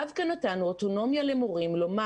כלומר נתנו למורים אוטונומיה לומר